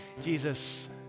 Jesus